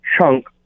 chunk